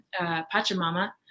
pachamama